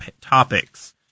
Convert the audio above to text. topics